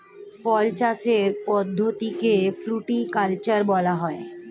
ফল চাষের পদ্ধতিকে ফ্রুটিকালচার বলা হয়